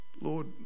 Lord